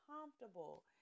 comfortable